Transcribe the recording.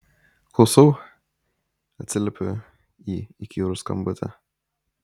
klausau atsiliepiu į įkyrų skambutį